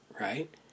Right